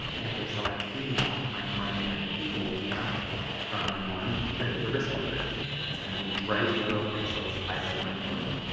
and if they select female, my groin area deviates enough from the norm to trigger the risk alert and these bright yellow pixels highlight my groin,